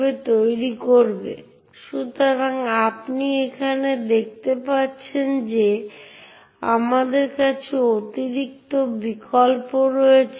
এখন যদি আমরা এটিতে ফিরে যাই তাহলে আপনি যা দেখতে পাচ্ছেন তা হল লগইন প্রক্রিয়াটি রুট হিসাবে কার্যকর হয় এবং পাসওয়ার্ডটি যাচাই করা হয়